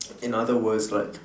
in other words like